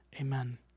Amen